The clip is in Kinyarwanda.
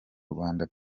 rwanda